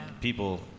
people